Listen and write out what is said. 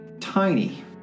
tiny